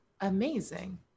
Amazing